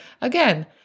again